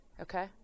okay